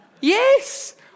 Yes